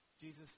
Jesus